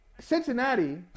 Cincinnati